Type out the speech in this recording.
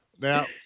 Now